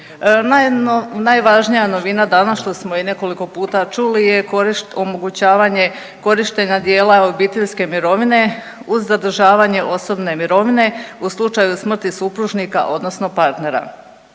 Najvažnija novina danas što smo i nekoliko puta čuli je korištenje, omogućavanje korištenja dijela obiteljske mirovine uz zadržavanje osobne mirovine u slučaju smrti supružnika odnosno partnera.